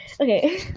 okay